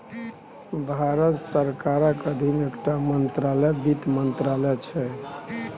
भारत सरकारक अधीन एकटा मंत्रालय बित्त मंत्रालय छै